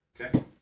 Okay